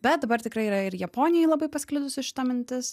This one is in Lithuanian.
bet dabar tikrai yra ir japonijoj labai pasklidusi šita mintis